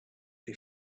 who